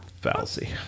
fallacy